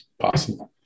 possible